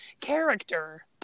character